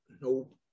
Nope